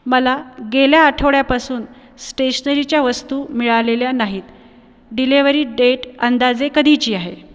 मला गेल्या आठवड्यापासून स्टेशनरीच्या वस्तू मिळालेल्या नाहीत डिलेवरी डेट अंदाजे कधीची आहे